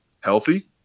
healthy